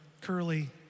curly